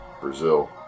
Brazil